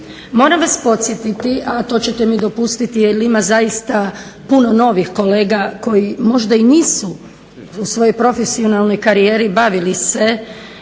Moram vas podsjetiti, a to ćete mi dopustiti jer ima zaista puno novih kolega koji možda i nisu u svojoj profesionalnoj karijeri bavili se